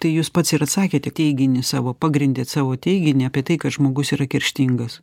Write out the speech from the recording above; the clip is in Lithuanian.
tai jūs pats ir atsakėt į teiginį savo pagrindėt savo teiginį apie tai kad žmogus yra kerštingas